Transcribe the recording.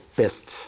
best